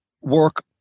work